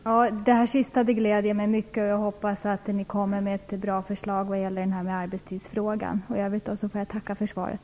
Herr talman! Det sista gläder mig mycket. Jag hoppas att ni kommer med ett bra förslag vad gäller arbetstidsfrågan. I övrigt får jag tacka för svaret.